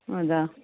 ಹೌದಾ